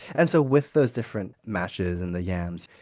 and so with those different mashes and the yams,